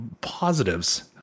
positives